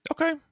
Okay